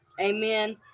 Amen